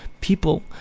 people